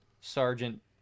Sergeant